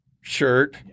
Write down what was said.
shirt